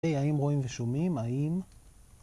‫היי, האם רואים ושומעים? ‫האם?